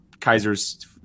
kaiser's